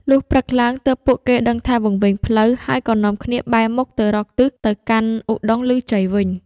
លុះព្រឹកឡើង ទើបពួកគេដឹងថាវង្វេងផ្លូវ ហើយក៏នាំគ្នាបែរមុខទៅរកទិសទៅកាន់ឧត្តុង្គឮជ័យវិញ។